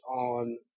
on